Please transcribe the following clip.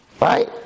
right